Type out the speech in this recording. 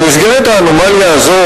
במסגרת האנומליה הזאת,